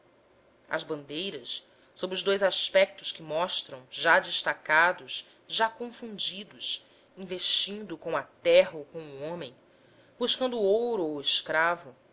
as bandeiras sob os dous aspectos que mostram já destacados já confundidos investindo com a terra ou com o homem buscando o ouro ou o escravo